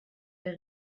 der